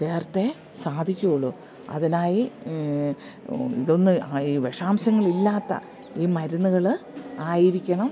ചേർത്തേ സാധിക്കുകയുള്ളു അതിനായി ഇതൊന്ന് ഈ വിഷാംശങ്ങളില്ലാത്ത ഈ മരുന്നുകള് ആയിരിക്കണം